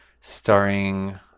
starring